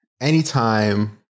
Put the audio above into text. anytime